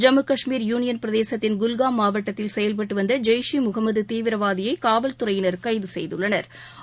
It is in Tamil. ஜம்மு கஷ்மீர் யூளியன் பிரதேசத்தின் குல்காம் மாவட்டத்தில் செயல்பட்டு வந்த ஜெய்ஷ் இ முகம்மது தீவிரவாதியை காவல்துறையினா் கைது செய்தனா்